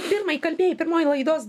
pirmai kalbėjai pirmoj laidos